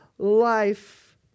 life